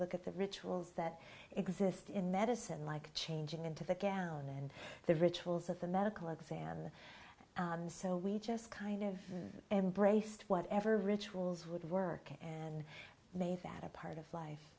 look at the rituals that exist in medicine like changing into the gal and the rituals of the medical exam and so we just kind of embraced whatever rituals would work and made that a part of life